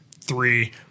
three